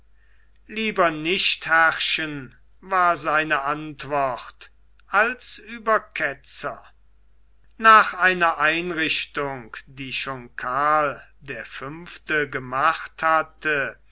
lieber nicht herrschen war seine antwort als über ketzer nach einer einrichtung die schon karl der fünfte gemacht hatte